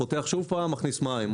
פותח שוב פעם מכניס מים.